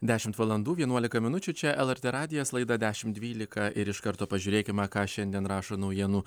dešimt valandų vienuolika minučių čia lrt radijas laida dešim dvylika ir iš karto pažiūrėkime ką šiandien rašo naujienų